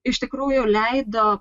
iš tikrųjų leido